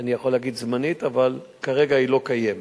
אני יכול להגיד "זמנית", אבל כרגע היא לא קיימת,